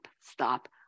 stop